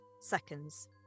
seconds